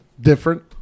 different